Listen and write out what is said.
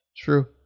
True